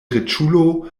riĉulo